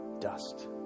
dust